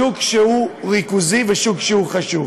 שוק שהוא ריכוזי ושוק שהוא חשוב.